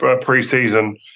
pre-season